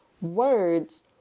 words